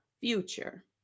future